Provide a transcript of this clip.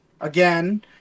again